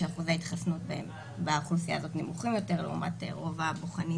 שאחוז ההתחסנות באוכלוסייה הזאת נמוך יותר לעומת רוב הבוחנים,